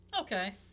Okay